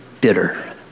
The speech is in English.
bitter